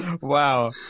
wow